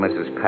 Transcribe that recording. Mrs